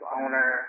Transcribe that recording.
owner